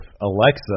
Alexa